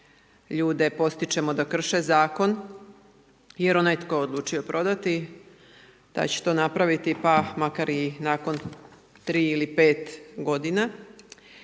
ljude potičemo da krši zakon jer onaj tko je odlučio prodati taj će to napraviti pa makar i nakon 3 ili 5 godina.